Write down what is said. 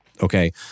Okay